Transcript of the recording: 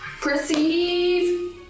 Perceive